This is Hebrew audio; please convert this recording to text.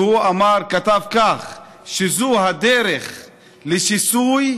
והוא כתב שזו הדרך לשיסוי,